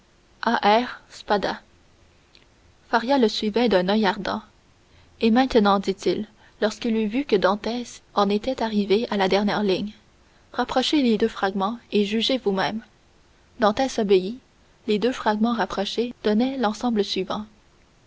faria le suivait d'un oeil ardent et maintenant dit-il lorsqu'il eut vu que dantès en était arrivé à la dernière ligne rapprochez les deux fragments et jugez vous-même dantès obéit les deux fragments rapprochés donnaient l'ensemble suivant